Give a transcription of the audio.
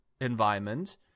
environment